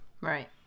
Right